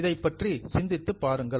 இதை பற்றி சிந்தித்துப் பாருங்கள்